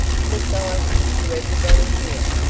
society, to everybody here,